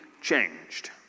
changed